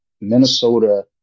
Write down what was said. Minnesota